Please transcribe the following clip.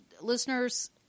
listeners